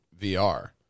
VR